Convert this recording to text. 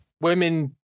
women